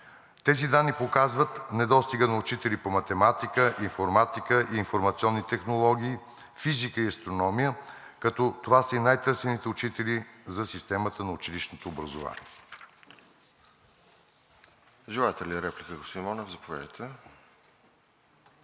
Тези данни показват недостига на учители по математика, информатика и информационни технологии, физика и астрономия, като това са и най-търсените учители за системата на училищното образование.